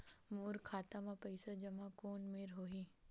मोर खाता मा पईसा जमा कोन मेर होही?